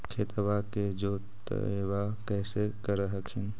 खेतबा के जोतय्बा कैसे कर हखिन?